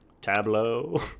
tableau